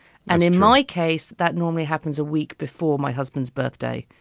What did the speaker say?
and in my case, that normally happens a week before my husband's birthday.